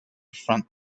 front